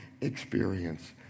experience